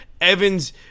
Evans